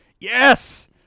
yes